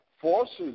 forces